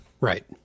Right